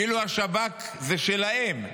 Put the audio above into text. כאילו השב"כ שלהם,